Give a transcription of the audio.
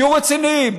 תהיו רציניים.